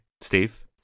Steve